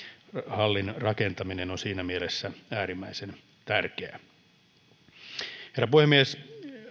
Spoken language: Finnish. hallin rakentaminen on siinä mielessä äärimmäisen tärkeää herra puhemies